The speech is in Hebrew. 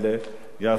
יעשו הכול,